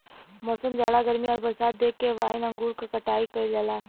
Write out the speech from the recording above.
मौसम, जाड़ा गर्मी आउर बरसात देख के वाइन अंगूर क कटाई कइल जाला